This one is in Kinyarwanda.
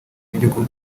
b’igihugu